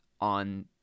on